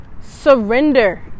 surrender